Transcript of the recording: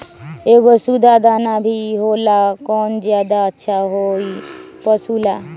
एगो सुधा दाना भी होला कौन ज्यादा अच्छा होई पशु ला?